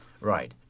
right